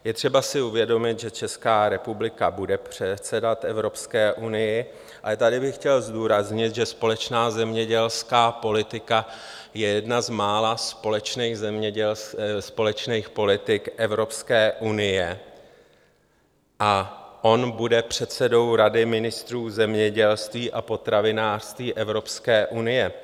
Je si třeba uvědomit, že Česká republika bude předsedat Evropské unii, a tady bych chtěl zdůraznit, že společná zemědělská politika je jedna z mála společných politik Evropské unie a on bude předsedou Rady ministrů zemědělství a potravinářství Evropské unie.